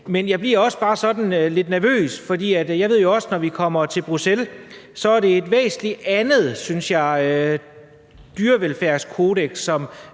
Men jeg bliver bare også sådan lidt nervøs, fordi jeg jo ved, at når vi kommer til Bruxelles, er det et væsentlig andet dyrevelfærdskodeks,